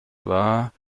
war